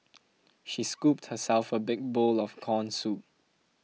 she scooped herself a big bowl of Corn Soup